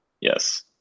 Yes